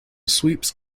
sweeps